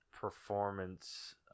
performance